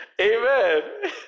Amen